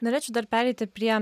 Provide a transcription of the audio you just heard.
norėčiau dar pereiti prie